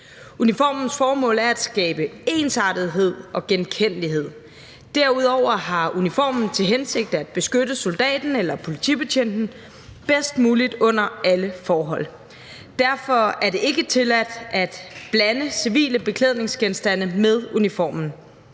Uniformens formål er at skabe ensartethed og genkendelighed. Derudover har uniformen til hensigt at beskytte soldaten eller politibetjenten bedst muligt under alle forhold. Derfor er det ikke tilladt at blande civile beklædningsgenstande med uniformen.